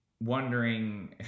wondering